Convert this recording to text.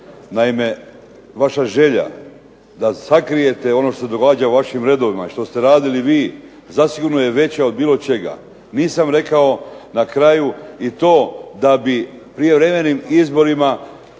Naime vaša želja da sakrijete ono što se događa u vašim redovima, što ste radili vi, zasigurno je veća od bilo čega. Nisam rekao na kraju i to da bi prijevremenim izborima